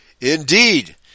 Indeed